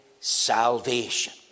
salvation